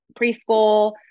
preschool